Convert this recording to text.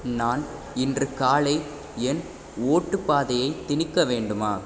நான் இன்று காலை என் ஓட்டுப்பாதையை திணிக்க வேண்டுமா